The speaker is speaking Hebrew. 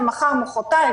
ומחר מחרתיים,